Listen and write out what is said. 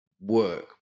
work